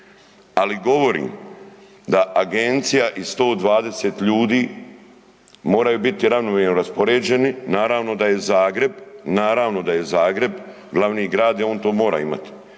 ali govorim da agencija i 120 ljudi moraju biti ravnomjerno raspoređeni, naravno da je Zagreb, naravno da je